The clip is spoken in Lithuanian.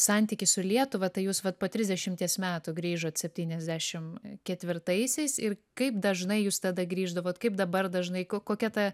santykį su lietuva tai jūs vat po trisdešimties metų grįžot septyniasdešim ketvirtaisiais ir kaip dažnai jūs tada grįždavot kaip dabar dažnai ko kokia ta